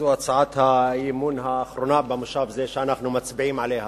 זו הצעת האי-אמון האחרונה במושב זה שאנחנו מצביעים עליה.